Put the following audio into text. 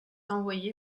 envoyé